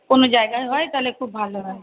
কোনো জায়গায় হয় তাহলে খুব ভালো হয়